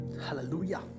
hallelujah